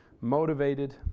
motivated